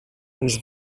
ens